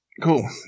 cool